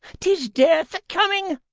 tis death a-coming,